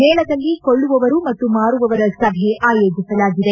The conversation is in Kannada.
ಮೇಳದಲ್ಲಿ ಕೊಳ್ಳುವವರು ಮತ್ತು ಮಾರುವವರ ಸಭೆ ಆಯೋಜಿಸಲಾಗಿದೆ